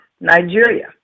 Nigeria